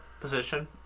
position